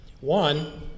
One